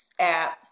app